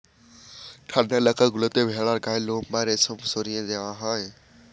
ঠান্ডা এলাকা গুলোতে ভেড়ার গায়ের লোম বা রেশম সরিয়ে নেওয়া হয়